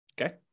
Okay